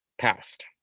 passed